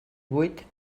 vuit